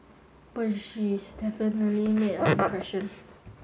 but she's definitely made an impression